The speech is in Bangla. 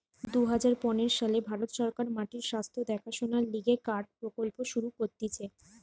দুই হাজার পনের সালে ভারত সরকার মাটির স্বাস্থ্য দেখাশোনার লিগে কার্ড প্রকল্প শুরু করতিছে